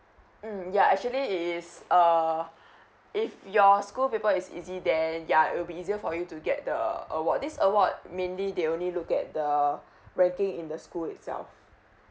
mm ya actually it is err if your school paper is easy then ya it'll be easier for you to get the award this award mainly they only look at the ranking in the school itself